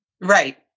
Right